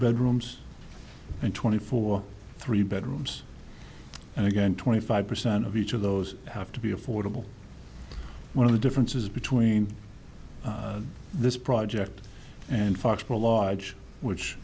bedrooms and twenty four three bedrooms and again twenty five percent of each of those have to be affordable one of the differences between this project and foxboro large which